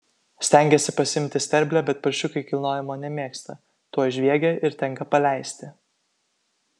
stengiasi pasiimti į sterblę bet paršiukai kilnojimo nemėgsta tuoj žviegia ir tenka paleisti